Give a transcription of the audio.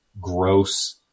gross